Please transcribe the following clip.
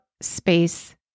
space